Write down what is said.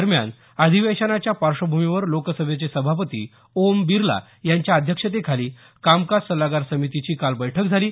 दरम्यान अधिवेशनाच्या पार्श्वभूमीवर लोकसभेचे सभापती ओम बिर्ला यांच्या अध्यक्षतेखाली कामकाज सल्लागार समितीची काल बैठक झाली